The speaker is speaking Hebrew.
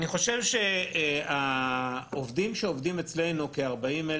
אני חושב שהעובדים שעובדים אצלנו בחברות הסיעוד כ-40,000,